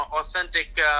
authentic